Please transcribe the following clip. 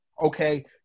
okay